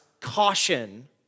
caution